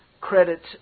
credits